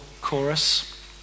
chorus